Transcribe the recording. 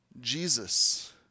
Jesus